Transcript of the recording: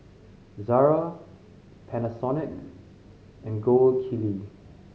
Zara Panasonic and Gold Kili